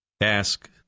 Ask